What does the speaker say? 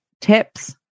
tips